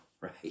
Right